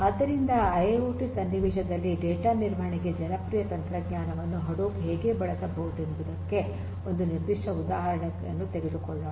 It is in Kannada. ಆದ್ದರಿಂದ ಐಐಓಟಿ ಸನ್ನಿವೇಶಗಳಲ್ಲಿ ಡೇಟಾ ನಿರ್ವಹಣೆಗೆ ಜನಪ್ರಿಯ ತಂತ್ರಜ್ಞಾನವನ್ನು ಹಡೂಪ್ ಹೇಗೆ ಬಳಸಬಹುದೆಂಬುದಕ್ಕೆ ಒಂದು ನಿರ್ದಿಷ್ಟ ಉದಾಹರಣೆಯನ್ನು ತೆಗೆದುಕೊಳ್ಳೋಣ